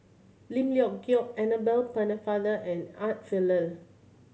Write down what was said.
Lim Leong Geok Annabel Pennefather and Art Fazil